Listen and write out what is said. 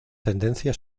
tendencia